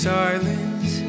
silence